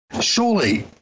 Surely